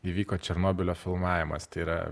įvyko černobylio filmavimas tai yra